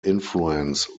influence